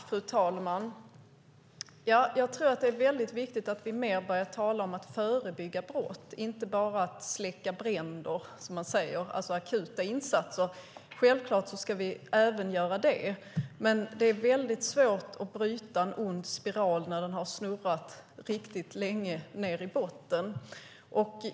Fru talman! Jag tror att det är väldigt viktigt att vi börjar tala mer om att förebygga brott, och inte bara släcka bränder, som man säger, alltså akuta insatser. Självklart ska vi även göra det, men det är svårt att bryta en ond spiral när den har snurrat riktigt länge ned i botten.